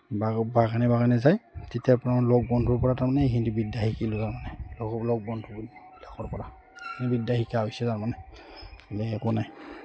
বাগানে বাগানে যায় তেতিয়াৰপৰা লগৰ বন্ধুৰপৰা তাৰমানে এইখিনি বিদ্যা শিকিলোঁ তাৰমানে লগৰ বন্ধু বুলিবিলাকৰপৰা বিদ্যা শিকা হৈছে তাৰমানে বেলেগ একো নাই